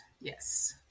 yes